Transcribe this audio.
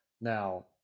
Now